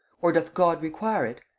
or doth god require it?